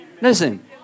Listen